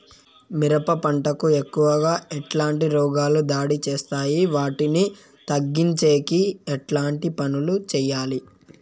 మిరప పంట కు ఎక్కువగా ఎట్లాంటి రోగాలు దాడి చేస్తాయి వాటిని తగ్గించేకి ఎట్లాంటి పనులు చెయ్యాలి?